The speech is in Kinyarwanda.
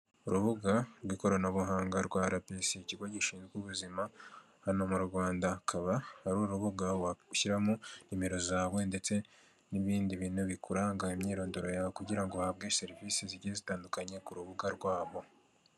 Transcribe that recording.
Urubuga rw'ikoranabuhanga rwa arabisi ikigo gishinzwe ubuzima hano mu Rwanda hakaba hari urubuga washyiramo nimero zawe ndetse n'ibindi bintu bikuranga imyirondoro yawe kugira ngo uhabwe serivisi zigiye zitandukanye ku rubuga rwabo.